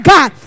God